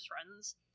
friends